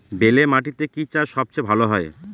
বেলে মাটিতে কি চাষ সবচেয়ে ভালো হয়?